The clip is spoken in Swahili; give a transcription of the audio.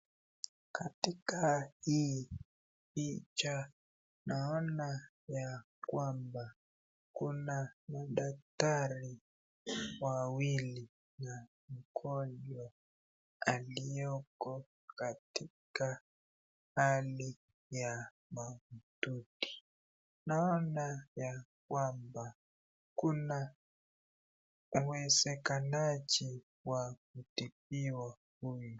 Katika hi picha naona ya kwamba kuna madaktari wawili na mgonjwa alioko katika hali ya mahututi naona ya kwamba kuna uwezekanaji wa kutibiwa huyu